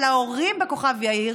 אבל ההורים בכוכב יאיר